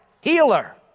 healer